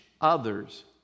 others